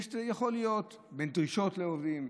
יכולות להיות דרישות לעובדים,